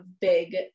big